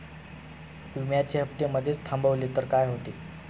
विम्याचे हफ्ते मधेच थांबवले तर काय होते?